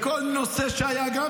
בכל נושא שהיה,